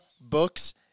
books